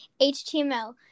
HTML